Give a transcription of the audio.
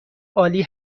عالی